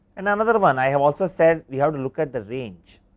another one i have also said, we have to look at the range.